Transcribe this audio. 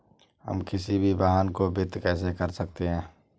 हम किसी भी वाहन को वित्त कैसे कर सकते हैं?